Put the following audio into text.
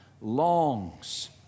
longs